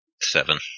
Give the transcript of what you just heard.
Seven